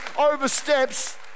oversteps